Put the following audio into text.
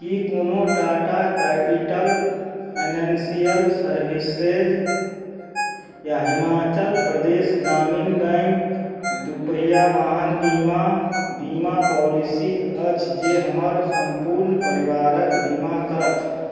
कि कोनो Tata Capital Financial Services या हिमाचल प्रदेश ग्रामीण बैँक दुपहिआ वाहन बीमा बीमा पॉलिसी अछि जे हमर सम्पूर्ण परिवारके बीमा करत